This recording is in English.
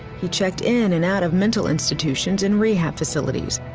he checked in and out of mental institutions and rehabs facilities.